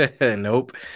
Nope